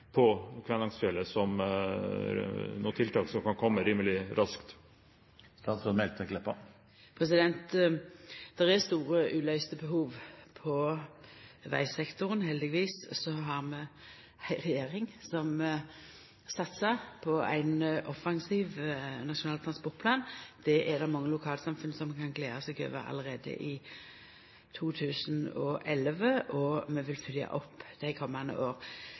på Kvænangsfjellet – tiltak som kan komme rimelig raskt? Det er store uløyste behov på vegsektoren. Heldigvis har vi ei regjering som satsar på ein offensiv Nasjonal transportplan. Det er det mange lokalsamfunn som kan gleda seg over allereie i 2011, og vi vil følgja opp i dei